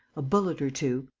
a bullet or two.